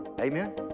Amen